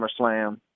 SummerSlam